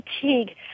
fatigue